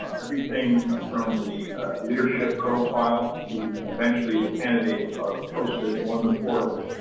everything from the leadership profile to eventually the candidates are posted on the portal,